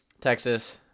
Texas